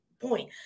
point